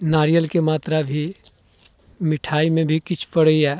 नारियलके मात्रा भी मिठाइमे भी किछु पड़ैया